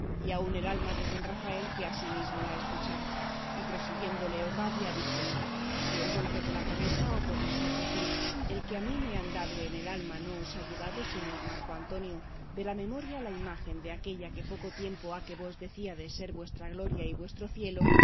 y aun el alma de don rafael que asimismo la escuchaba y prosiguiendo leocadia dijo si el golpe de la cabeza o por mejor decir el que a mí me han dado en el alma no os ha llevado señor marco antonio de la memoria la imagen de aquella que poco tiempo ha que vos decíades ser vuestra gloria y vuestro cielo